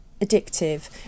addictive